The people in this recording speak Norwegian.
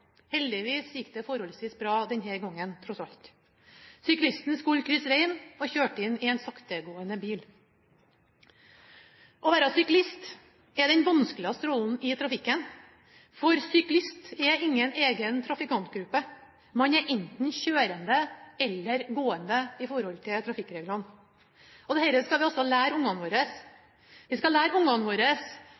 Heldigvis gikk det forholdsvis bra denne gangen – tross alt. Syklisten skulle krysse veien og kjørte inn i en saktegående bil. Å være syklist er den vanskeligste rollen i trafikken. For «syklist» er ingen egen trafikantgruppe, man er enten kjørende eller gående i forhold til trafikkreglene. Dette skal vi altså lære ungene våre. Vi skal lære ungene våre